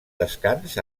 descans